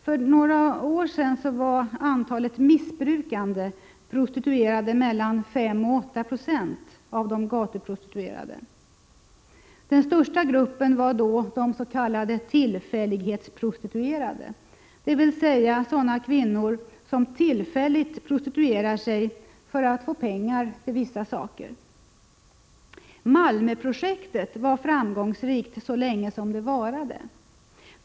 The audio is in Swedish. För några år sedan var antalet missbrukande prostituerade mellan 5 och 8 96 av de gatuprostituerade. Den största gruppen var då de s.k. tillfällighetsprostituerade, dvs. sådana kvinnor som tillfälligt prostituerar sig för att få pengar till vissa saker. Malmöprojektet var framgångsrikt så länge som det varade.